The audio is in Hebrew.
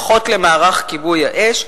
פחות למערך כיבוי האש,